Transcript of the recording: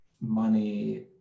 money